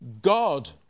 God